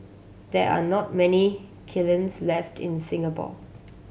there are not many kilns left in Singapore